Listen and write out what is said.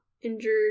injured